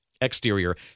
Exterior